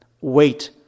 Wait